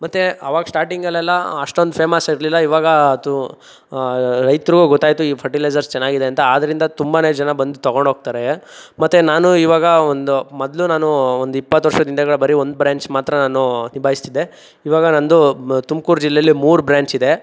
ಮತ್ತು ಆವಾಗ ಸ್ಟಾರ್ಟಿಂಗಲ್ಲೆಲ್ಲ ಅಷ್ಟೊಂದು ಫೇಮಸ್ಸಿರ್ಲಿಲ್ಲ ಇವಾಗ ತು ರೈತರಿಗೂ ಗೊತ್ತಾಯಿತು ಈ ಫರ್ಟಿಲೈಸರ್ಸ್ ಚೆನ್ನಾಗಿದೆ ಅಂತ ಆದ್ರಿಂದ ತುಂಬ ಜನ ಬಂದು ತೊಗೊಂಡೋಗ್ತಾರೆ ಮತ್ತು ನಾನು ಇವಾಗ ಒಂದು ಮೊದ್ಲು ನಾನು ಒಂದಿಪ್ಪತ್ತು ವರ್ಷದ ಹಿಂದಗಡೆ ಬರೀ ಒಂದು ಬ್ರ್ಯಾಂಚ್ ಮಾತ್ರ ನಾನು ನಿಭಾಯಿಸ್ತಿದ್ದೆ ಇವಾಗ ನಂದು ಮ್ ತುಮ್ಕೂರು ಜಿಲ್ಲೆಯಲ್ಲಿ ಮೂರು ಬ್ರ್ಯಾಂಚಿದೆ